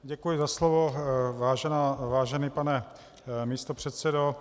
Děkuji za slovo, vážený pane místopředsedo.